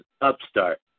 upstart